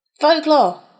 Folklore